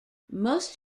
most